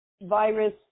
virus